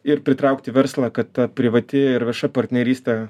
ir pritraukti verslą kad ta privati ir vieša partnerystė